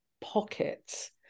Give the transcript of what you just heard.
pockets